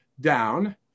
down